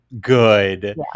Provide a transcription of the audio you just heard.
good